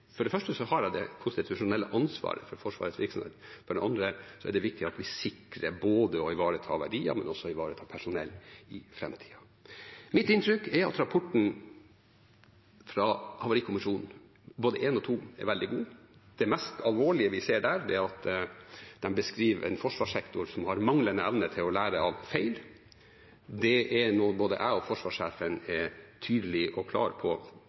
For det første har jeg det konstitusjonelle ansvaret for Forsvarets virksomhet, for det andre er det viktig at vi sikrer å ivareta verdier, men også å ivareta personell i framtida. Mitt inntrykk er at rapportene fra Havarikommisjonen, både nummer én og to, er veldig gode. Det mest alvorlige vi ser der, er at de beskriver en forsvarssektor som har manglende evne til å lære av feil. Det er noe både jeg og forsvarssjefen er tydelige og klare på